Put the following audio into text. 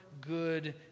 good